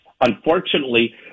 Unfortunately